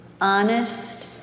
honest